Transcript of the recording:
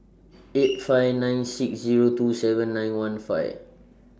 eight five nine six Zero two seven nine one five